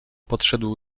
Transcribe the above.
podszedł